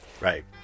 Right